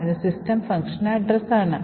ഇത് system function address ആണ്